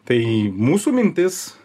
tai mūsų mintis